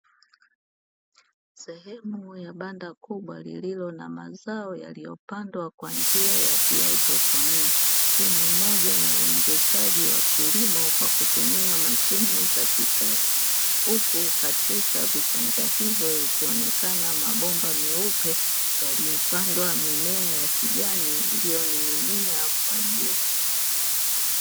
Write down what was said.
Sehemu ya banda kubwa lililo na mazao yaliyopandwa kwa njia ya kihaidroponi. Hii ni moja ya uendeshaji wa kilimo kwa kutumia mashine za kisasa, huku katika vichanja hivyo ikionekana mabomba meupe yaliyopandwa mimea ya kijani iliyoning'inia kwa juu.